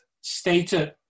Stated